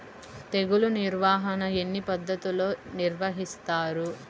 తెగులు నిర్వాహణ ఎన్ని పద్ధతులలో నిర్వహిస్తారు?